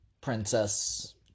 princess